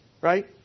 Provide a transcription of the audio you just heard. Right